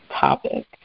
topic